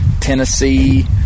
Tennessee